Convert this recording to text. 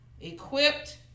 Equipped